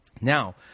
Now